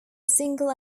single